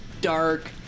dark